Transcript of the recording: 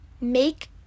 make